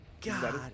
God